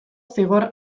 zigor